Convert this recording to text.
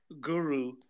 guru